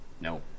No